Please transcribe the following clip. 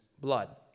blood